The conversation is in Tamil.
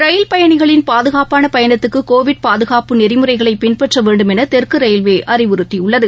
ரயில் பயணிகளின் பாதுகாப்பான பயணத்துக்கு கோவிட் பாதுகாப்பு நெறிமுறைகளை பின்பற்ற வேண்டும் என தெற்கு ரயில்வே அறிவுறுத்தியுள்ளது